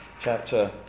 chapter